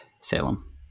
Salem